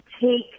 take